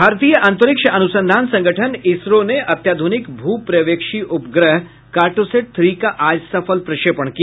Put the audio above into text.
भारतीय अंतरिक्ष अनुसंधान संगठन इसरो ने अत्याधुनिक भू पर्यवेक्षी उपग्रह कार्टोसैट थ्री का आज सफल प्रक्षेपण किया